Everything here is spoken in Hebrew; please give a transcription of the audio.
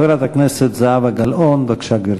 חברת הכנסת זהבה גלאון, בבקשה, גברתי.